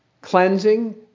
Cleansing